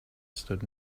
stood